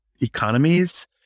economies